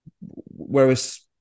whereas